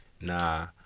Nah